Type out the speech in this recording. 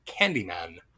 Candyman